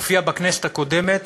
הופיעה בכנסת הקודמת,